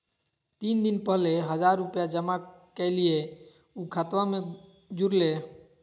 तीन दिन पहले हजार रूपा जमा कैलिये, ऊ खतबा में जुरले?